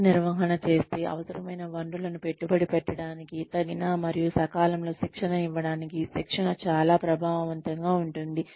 ఉన్నత నిర్వహణ చేస్తే అవసరమైన వనరులను పెట్టుబడి పెట్టడానికి తగిన మరియు సకాలంలో శిక్షణ ఇవ్వడానికి శిక్షణ చాలా ప్రభావవంతంగా ఉంటుంది